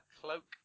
cloak